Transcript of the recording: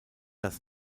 das